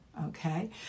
Okay